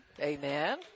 Amen